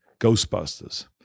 Ghostbusters